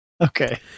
okay